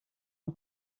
une